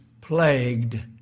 plagued